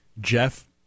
Jeff